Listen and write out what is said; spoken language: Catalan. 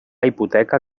hipoteca